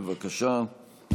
בבקשה.